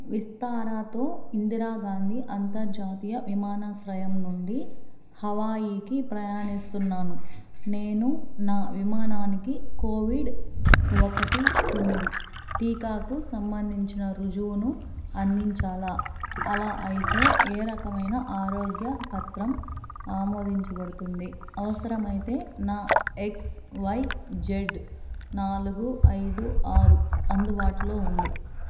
విస్తారాతో ఇందిరా గాంధీ అంతర్జాతీయ విమానాశ్రయం నుండి హవాయికి ప్రయాణిస్తున్నాను నేను నా విమానానికి కోవిడ్ ఒకటి తొమ్మిది టీకాకు సంబంధించిన రుజువును అందించాలా అలా అయితే ఏ రకమైన ఆరోగ్య పత్రం ఆమోదించబడుతుంది అవసరమైతే నా ఎక్స్వైజెడ్ నాలుగు ఐదు ఆరు అందుబాటులో ఉంది